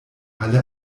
halle